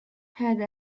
had